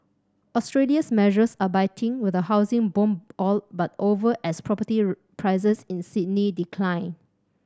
Australia's measures are biting with a housing boom all but over as property prices in Sydney decline